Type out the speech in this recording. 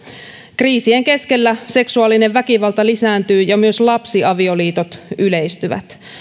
kriisien keskellä seksuaalinen väkivalta lisääntyy ja myös lapsiavioliitot yleistyvät